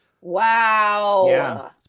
Wow